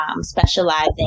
specializing